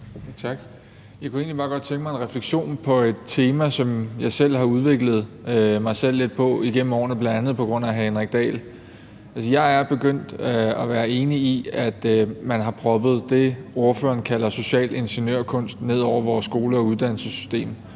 Tak. Jeg kunne egentlig bare godt tænke mig at få en refleksion over noget, som jeg selv har udviklet mig lidt på baggrund af igennem årene, bl.a. på grund af hr. Henrik Dahl. Jeg er begyndt at være enig i, at man har proppet det, ordføreren kalder social ingeniørkunst, ned over vores skole- og uddannelsessystem,